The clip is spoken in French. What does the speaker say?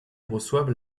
reçoivent